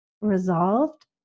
resolved